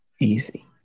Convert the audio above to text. Easy